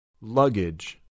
Luggage